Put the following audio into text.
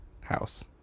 house